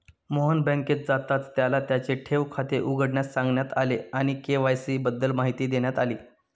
मोहन बँकेत जाताच त्याला त्याचे ठेव खाते उघडण्यास सांगण्यात आले आणि के.वाय.सी बद्दल माहिती देण्यात आली